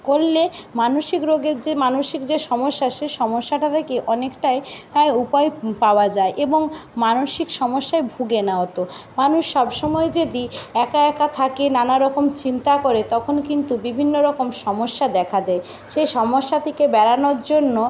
করলে মানসিক রোগের যে মানসিক যে সমস্যা সেই সমস্যাটা থেকে অনেকটাই উপায় পাওয়া যায় এবং মানসিক সমস্যায় ভুগে না অত মানুষ সবসময় যদি একা একা থাকে নানা রকম চিন্তা করে তখন কিন্তু বিভিন্ন রকম সমস্যা দেখা দেয় সেই সমস্যা থেকে বেরোনোর জন্য